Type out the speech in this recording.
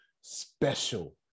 special